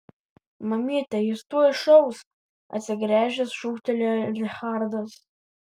mamyte jis tuoj šaus atsigręžęs šūktelėjo richardas